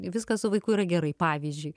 viskas su vaiku yra gerai pavyzdžiui